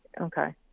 Okay